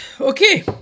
Okay